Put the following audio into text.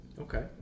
okay